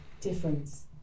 difference